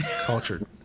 Cultured